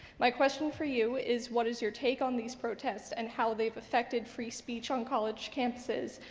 my question for you is, what is your take on these protests and how they've affected free speech on college campuses,